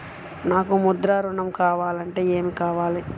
నాకు ముద్ర ఋణం కావాలంటే ఏమి కావాలి?